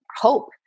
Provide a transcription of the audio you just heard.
hope